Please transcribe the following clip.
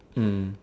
mm